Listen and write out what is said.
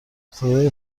صدای